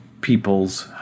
people's